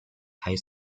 high